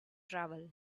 travel